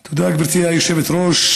תודה, גברתי היושבת-ראש,